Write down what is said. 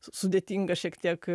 su sudėtinga šiek tiek